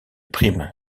prime